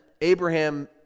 Abraham